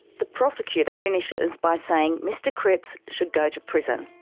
the prosecutor finishes by saying mr cripps should go to prison.